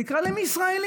תקרא להם "ישראלים".